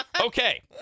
Okay